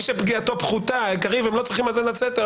שפגיעתו פחותה והם לא צריכים האזנת סתר.